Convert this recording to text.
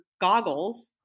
goggles